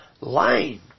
lying